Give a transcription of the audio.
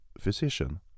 physician